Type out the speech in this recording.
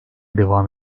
devam